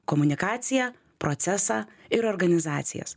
komunikaciją procesą ir organizacijas